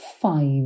Five